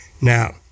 Now